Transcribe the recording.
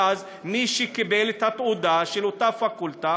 ואז מי שקיבל את התעודה של אותה פקולטה